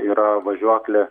yra važiuoklė